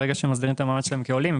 כשהם מסדירים את המעמד שלהם כעולים הם